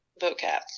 vocab